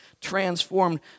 transformed